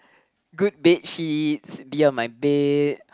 good bed sheets be on my bed